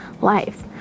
life